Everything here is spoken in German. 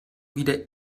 wieder